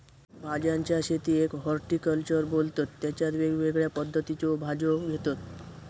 भाज्यांच्या शेतीयेक हॉर्टिकल्चर बोलतत तेच्यात वेगवेगळ्या पद्धतीच्यो भाज्यो घेतत